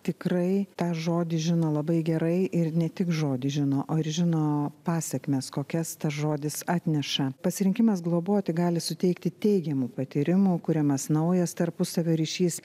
tikrai tą žodį žino labai gerai ir ne tik žodį žino o ir žino pasekmes kokias tas žodis atneša pasirinkimas globoti gali suteikti teigiamų patyrimų kuriamas naujas tarpusavio ryšys